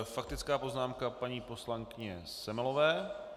Faktická poznámka paní poslankyně Semelové.